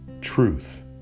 truth